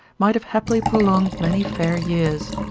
might have happily prolonged many fair years.